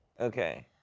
Okay